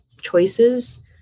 choices